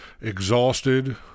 exhausted